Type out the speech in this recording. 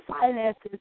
finances